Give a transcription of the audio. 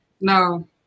no